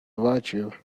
virtue